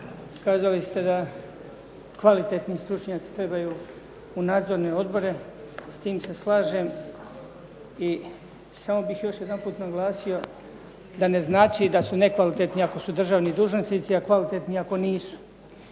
kazali ste da kvalitetni stručnjaci trebaju u nadzorne odbore. S tim se slažem. I samo bih još jedanput naglasio da ne znači da su nekvalitetni ako su državni dužnosnici, a kvalitetni ako nisu.